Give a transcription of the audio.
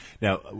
Now